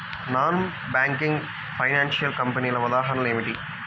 Non banking financial కంపెనీల ఉదాహరణలు ఏమిటి?